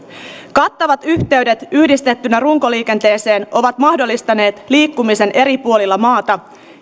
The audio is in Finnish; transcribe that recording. kattavat yhteydet yhdistettynä runkoliikenteeseen ovat mahdollistaneet liikkumisen eri puolilla maata